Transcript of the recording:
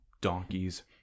donkeys